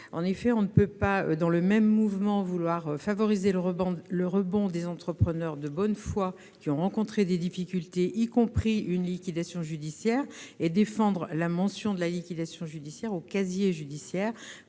spéciale ? On ne peut pas, dans le même mouvement, vouloir favoriser le rebond des entrepreneurs de bonne foi qui ont rencontré des difficultés, y compris une liquidation judiciaire, et défendre la mention de la liquidation judiciaire au casier judiciaire,